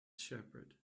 shepherd